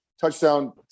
touchdown